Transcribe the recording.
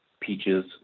peaches